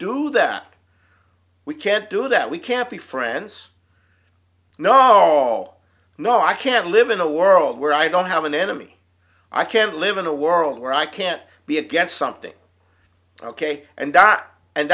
do that we can't do that we can't be friends no no no i can't live in a world where i don't have an enemy i can't live in a world where i can't be against something ok and